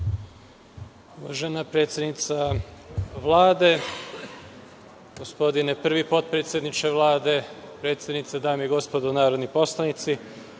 Uvažena predsednice Vlade, gospodine prvi potpredsedniče Vlade, predsednice, dame i gospodo narodni poslanici,